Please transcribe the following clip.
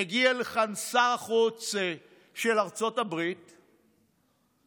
מגיע לכאן שר החוץ של ארצות הברית ומזהיר.